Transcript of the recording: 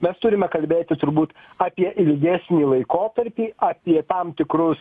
mes turime kalbėti turbūt apie ilgesnį laikotarpį apie tam tikrus